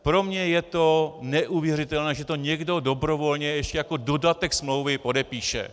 Pro mne je to neuvěřitelné, že to někdo dobrovolně ještě jako dodatek smlouvy podepíše.